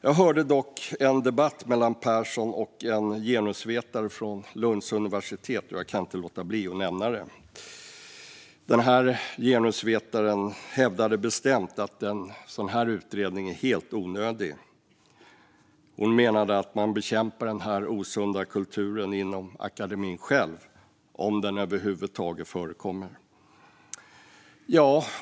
Jag hörde dock en debatt mellan Persson och en genusvetare från Lunds universitet, och jag kan inte låta bli att nämna det. Genusvetaren hävdade bestämt att en sådan utredning är helt onödig. Hon menade att man bekämpar denna osunda kultur själv inom akademin om den över huvud taget förekommer.